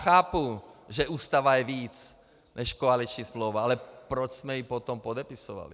Chápu, že Ústava je víc než koaliční smlouva, ale proč jsme ji potom podepisovali?